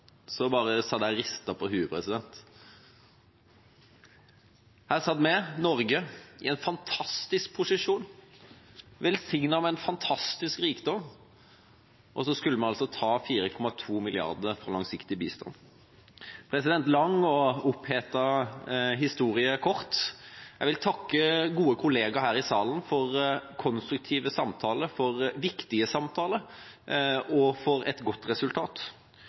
på hodet. Her satt vi, Norge, i en fantastisk posisjon, velsignet med en fantastisk rikdom, og skulle altså ta 4,2 mrd. kr fra langsiktig bistand. For å gjøre en lang og opphetet historie kort: Jeg vil takke gode kolleger her i salen for konstruktive samtaler, for viktige samtaler og for et godt resultat.